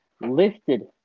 lifted